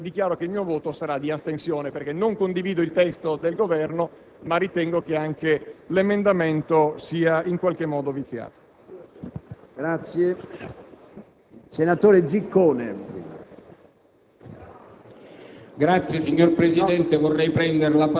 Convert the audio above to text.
servizio. Con questi presupposti, dichiaro il mio voto di astensione, perché non condivido il testo del Governo ma ritengo che anche l'emendamento sia in qualche modo viziato.